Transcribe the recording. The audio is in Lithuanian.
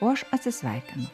o aš atsisveikinu